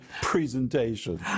presentation